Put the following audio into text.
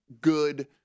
good